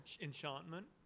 Enchantment